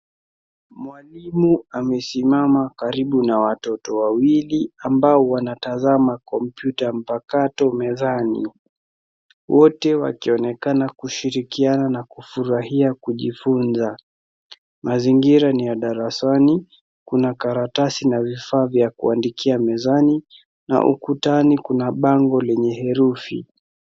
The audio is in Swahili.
Mwalimu amesimama karibu na watoto wawili ambao wanatazama kompyuta mpakato mezani, wote wakionekana kushirikiana na kufurahia kujifunza. Mazingira ni ya darasani. Kuna karatasi na vifaa vya kuandikia mezani, na ukutani kuna bango lenye herufi.